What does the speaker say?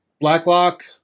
Blacklock